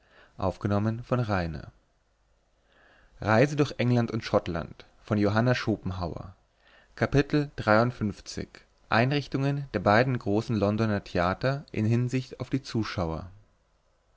einrichtungen der beiden großen londoner theater in hinsicht auf die zuschauer